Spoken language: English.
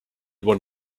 one